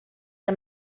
que